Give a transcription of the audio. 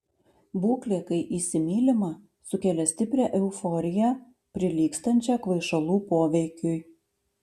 būklė kai įsimylima sukelia stiprią euforiją prilygstančią kvaišalų poveikiui